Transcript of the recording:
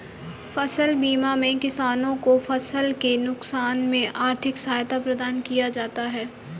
फसल बीमा में किसानों को फसल के नुकसान में आर्थिक सहायता प्रदान किया जाता है